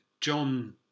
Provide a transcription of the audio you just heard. John